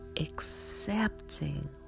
accepting